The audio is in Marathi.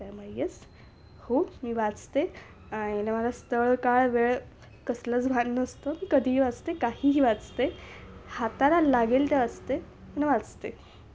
त्यामुळे यस हो मी वाचते आयन मला स्थळ काळ वेळ कसलंच भान नसतं कधीही वाचते काहीही वाचते हाताला लागेल ते वाचते पण वाचते